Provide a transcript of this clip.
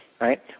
right